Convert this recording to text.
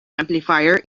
amplifier